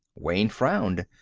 wayne frowned.